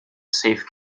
safe